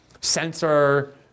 censor